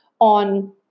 on